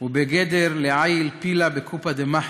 היא בגדר "לעייל פילא בקופא דמחטא"